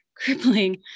Crippling